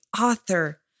author